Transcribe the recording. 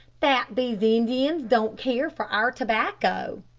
that these indians don't care for our tobacco?